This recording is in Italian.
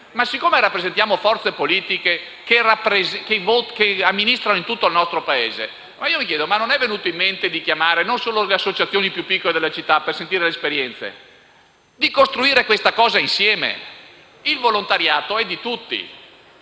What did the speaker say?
Poiché rappresentiamo forze politiche che amministrano il nostro Paese, mi chiedo come non vi sia venuto in mente di chiamare, non solo le associazioni più piccole delle città per sentire le loro esperienze, ma di costruire questa riforma insieme? Il volontariato è di tutti.